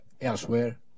elsewhere